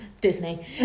Disney